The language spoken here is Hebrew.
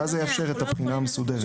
ואז זה יאפשר תמונה מסודרת.